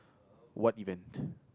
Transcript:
what event